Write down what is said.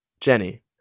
Jenny